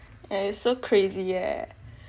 yah it's so crazy eh